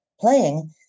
playing